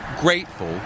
grateful